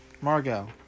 Margot